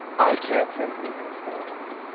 i can't say who it is. no, no,